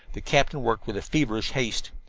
the captain worked with feverish haste.